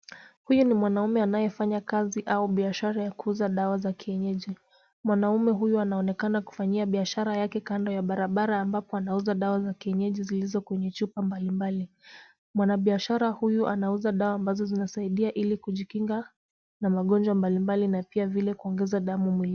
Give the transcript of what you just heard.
Huyu ni mwanaume anayefanya kazi au biashara ya kuuza dawa za kienyeji, mwanaume huyu anaonekana kufanyia biashara yake kando ya barabara ambapo anauza dawa za kienyeji zilizo kwenye chupa mbalimbali. Mwanabiashara huyu anauza dawa ambazo zinasaidia ili kujikinga na magonjwa mbalimbali mapema bila kuongeza damu nyingi.